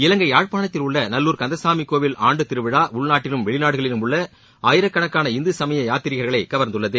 இலங்கை யாழ்பாணத்தில் உள்ள நல்லூர் கந்தசாமி கோவில் ஆண்டு திருவிழா உள்நாட்டிலும் வெளிநாடுகளிலும் உள்ள ஆயிரக்கணக்கான இந்துசமய யாத்திரிகர்களை கவர்ந்துள்ளது